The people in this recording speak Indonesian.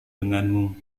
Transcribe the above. denganmu